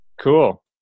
Cool